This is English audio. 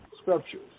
scriptures